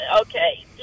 Okay